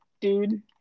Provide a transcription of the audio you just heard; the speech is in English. dude